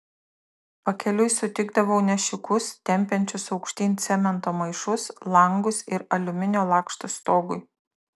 pakeliui sutikdavau nešikus tempiančius aukštyn cemento maišus langus ir aliuminio lakštus stogui